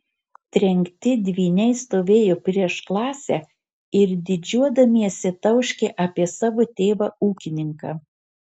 trenkti dvyniai stovėjo prieš klasę ir didžiuodamiesi tauškė apie savo tėvą ūkininką